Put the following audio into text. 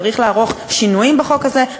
צריך לערוך שינויים בחוק הזה,